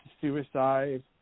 suicide